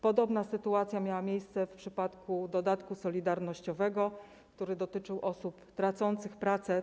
Podobna sytuacja miała miejsce w przypadku dodatku solidarnościowego, który dotyczył osób tracących pracę.